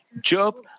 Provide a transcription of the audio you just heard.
Job